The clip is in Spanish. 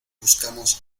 buscamos